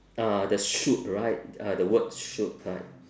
ah the shoot right uh the word shoot